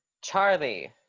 charlie